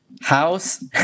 House